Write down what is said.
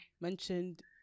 mentioned